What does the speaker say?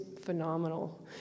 phenomenal